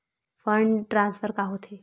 Fund transfer का होथे?